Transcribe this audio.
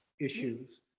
issues